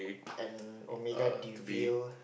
and Omega Deville